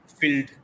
filled